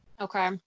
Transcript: Okay